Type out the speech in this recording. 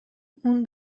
اون